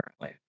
currently